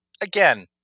again